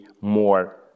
more